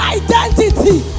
identity